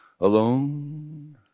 alone